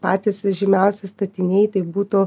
patys žymiausi statiniai tai būtų